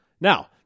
Now